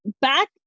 back